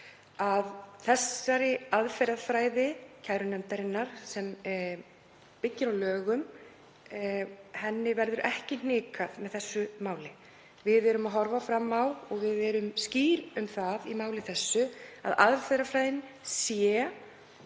um það að aðferðafræði kærunefndarinnar, sem byggir á lögum, verður ekki hnikað með þessu máli. Við erum að horfa fram á og við erum skýr um það í máli þessu að aðferðafræðin sé